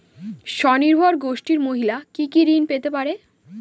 স্বনির্ভর গোষ্ঠীর মহিলারা কি কি ঋণ পেতে পারে?